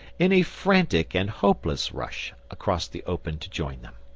in a frantic and hopeless rush across the open to join them.